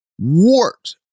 wart